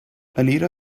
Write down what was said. anita